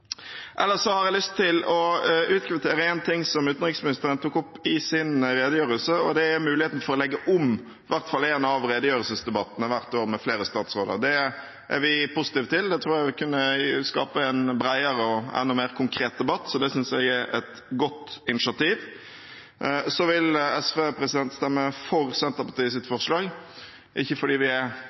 Ellers har jeg lyst til å utkvittere en ting som utenriksministeren tok opp i sin redegjørelse, og det er muligheten for å legge om i hvert fall en av redegjørelsesdebattene hvert år med flere statsråder. Det er vi positive til, det tror jeg kunne skape en bredere og enda mer konkret debatt, så det synes jeg er et godt initiativ. SV vil stemme for Senterpartiets forslag, ikke fordi vi er